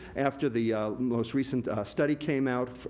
after the most recent study came out,